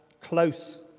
close